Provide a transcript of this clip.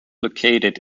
located